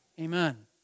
Amen